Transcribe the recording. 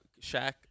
Shaq